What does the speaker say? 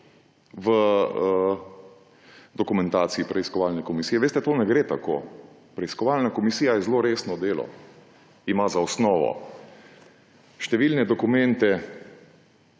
v dokumentaciji preiskovalne komisije. Veste, to ne gre tako. Preiskovalna komisija je zelo resno delo. Ima za osnovo številne dokumente